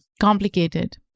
complicated